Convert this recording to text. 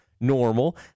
normal